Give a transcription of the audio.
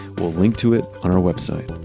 we'll link to it on our website